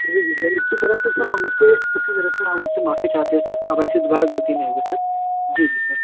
जी जी सर इसकी तरफ से सर हमसे इसकी तरफ से सर हम आपसे माफ़ी चाहते हैं सर अब ऐसी दोबारा गलती नहीं होगी सर जी जी सर